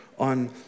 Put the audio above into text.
on